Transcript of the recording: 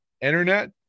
internet